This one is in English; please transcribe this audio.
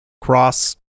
cross